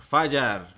Fajar